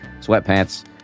sweatpants